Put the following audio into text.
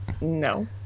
no